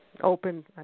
open –